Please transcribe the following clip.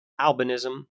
albinism